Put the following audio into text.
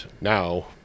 now